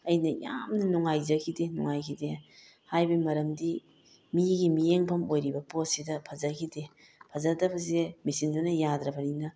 ꯑꯩꯅ ꯌꯥꯝꯅ ꯅꯨꯡꯉꯥꯏꯖꯈꯤꯗꯦ ꯅꯨꯡꯉꯥꯏꯈꯤꯗꯦ ꯍꯥꯏꯕꯩ ꯃꯔꯝꯗꯤ ꯃꯤꯒꯤ ꯃꯤꯠꯌꯦꯡꯐꯝ ꯑꯣꯏꯔꯤꯕ ꯄꯣꯠꯁꯤꯗ ꯐꯖꯈꯤꯗꯦ ꯐꯖꯗꯕꯁꯦ ꯃꯦꯆꯤꯟꯗꯨꯅ ꯌꯥꯗ꯭ꯔꯕꯅꯤꯅ